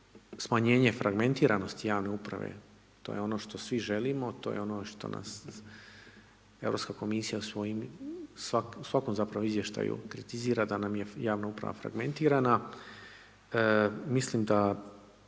smanjenje fragmentiranosti javne uprave, to je ono što svi želimo, to je ono što nas Europska komisija u svakom izvještaju kritizira da nam je javna uprava fragmentirana. Mislim da